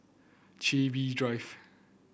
Chin Bee Drive